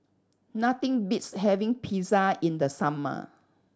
nothing beats having Pizza in the summer